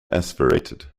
aspirated